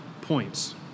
points